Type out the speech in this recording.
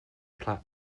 plaid